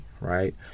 right